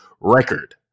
record